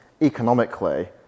economically